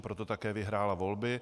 Proto také vyhrála volby.